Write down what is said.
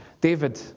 David